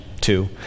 two